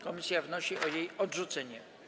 Komisja wnosi o jej odrzucenie.